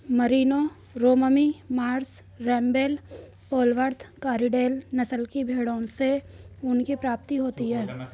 Merino, Romney Marsh, Rambouillet, Polwarth, Corriedale नस्ल की भेंड़ों से ऊन की प्राप्ति होती है